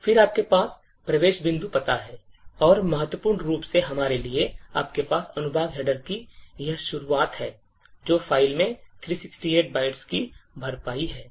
फिर आपके पास प्रवेश बिंदु पता है और महत्वपूर्ण रूप से हमारे लिए आपके पास अनुभाग हेडर की यह शुरुआत है जो फ़ाइल में 368 बाइट्स की भरपाई है